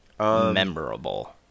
Memorable